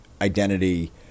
identity